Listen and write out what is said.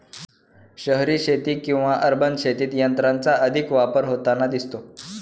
शहरी शेती किंवा अर्बन शेतीत तंत्राचा अधिक वापर होताना दिसतो